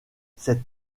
cet